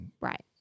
Right